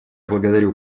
благодарю